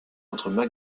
entre